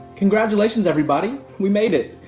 congratulations, everybody. we made it.